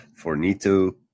Fornito